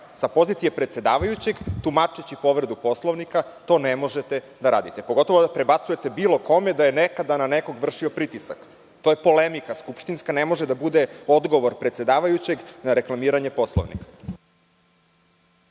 Sa pozicije predsedavajućeg, tumačeći povredu Poslovnika, to ne možete da radite, pogotovo da prebacujete bilo kome da je nekada na nekog vršio pritisak. To je skupštinska polemika i ne može da bude odgovor predsedavajućeg na reklamiranje Poslovnika.